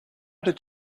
did